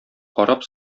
карап